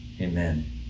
Amen